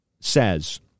says